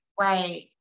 right